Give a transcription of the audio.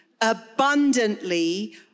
abundantly